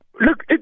Look